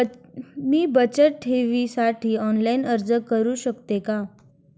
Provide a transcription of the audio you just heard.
मी बचत ठेवीसाठी ऑनलाइन अर्ज करू शकतो का?